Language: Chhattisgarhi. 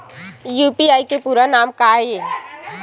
यू.पी.आई के पूरा नाम का ये?